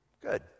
good